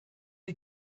you